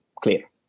clear